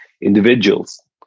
individuals